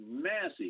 massive